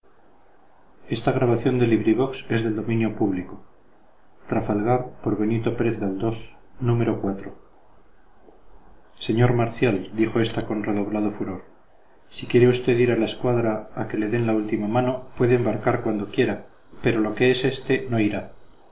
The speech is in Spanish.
señor marcial dijo ésta con redoblado furor si quiere usted ir a la escuadra a que le den la última mano puede embarcar cuando quiera pero lo que es este no irá